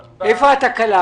קושי.